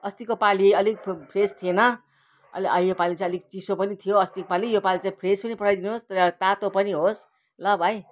अस्तिको पालि अलिक फ्रेस थिएन अलिक यो पालि अलिक चियो पनि थियो अस्तिको पालि यो पालि चाहिँ फ्रेस पनि पठाइदिनु होस् तर अब तातो पनि होस् ल भाइ